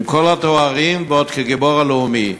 עם כל התארים ועוד כגיבור לאומי?